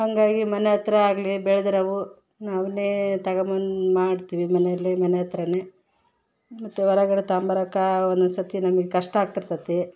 ಹಂಗಾಗಿ ಮನೆ ಹತ್ರ ಆಗಲಿ ಬೆಳ್ದಿರೋವು ನಾ ಅವನ್ನೇ ತಗೊಂಬಂದ್ ಮಾಡ್ತೀವಿ ಮನೇಲಿ ಮನೆ ಹತ್ರನೇ ಮತ್ತು ಹೊರಗಡೆ ತಾಂಬರೋಕ ಒಂದೊಂದು ಸತಿ ನಮ್ಗೆ ಕಷ್ಟ ಆಗ್ತಿರ್ತದೆ